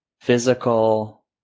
physical